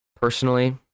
personally